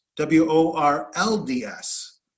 W-O-R-L-D-S